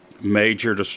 major